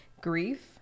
grief